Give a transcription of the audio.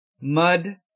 Mud